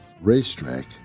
racetrack